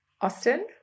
Austin